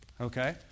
Okay